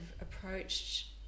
approached